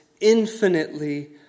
infinitely